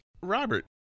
Robert